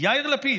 יאיר לפיד.